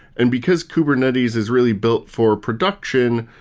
and because kubernetes is really built for production,